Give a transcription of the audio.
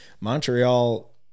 Montreal